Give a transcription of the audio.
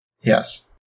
Yes